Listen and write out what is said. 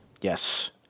Yes